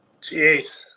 Jeez